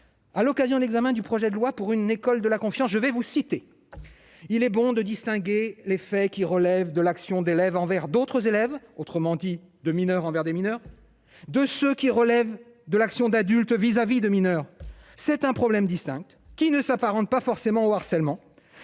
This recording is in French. à l'occasion de l'examen du projet de loi pour une école de la confiance, je vais vous citer, il est bon de distinguer les faits qui relèvent de l'action d'élèves envers d'autres élèves, autrement dit de mineurs envers des mineurs de ce qui relève de l'action d'adultes vis-à-vis de mineurs, c'est un problème distinctes qui ne s'apparente pas forcément au harcèlement,